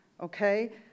okay